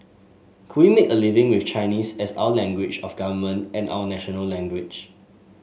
could we make a living with Chinese as our language of government and our national language